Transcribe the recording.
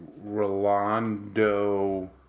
Rolando